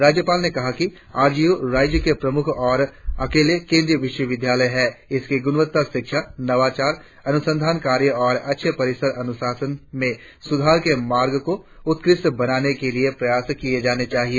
राज्यपाल ने कहा कि आर जी यू राज्य के प्रमुख और अकेले केंद्रीय विश्वविद्यालय है इसकी गुणवत्ता शिक्षा नवाचार अनुसंधान कार्य और अच्छे परिसर अनुशासन में सुधार के मार्ग को उत्कृष्ट बनाने के लिए प्रयास किए जाना चाहिए